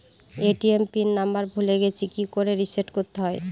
ATM pin number ভুলে গেছি কি করে রিসেট করতে হয়?